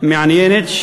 מעניינת,